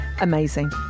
Amazing